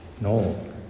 No